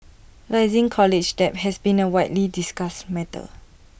rising college debt has been A widely discussed matter